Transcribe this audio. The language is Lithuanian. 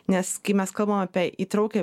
nes kai mes kalbam apie įtraukią